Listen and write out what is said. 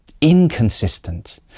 inconsistent